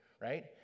right